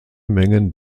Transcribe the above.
mengen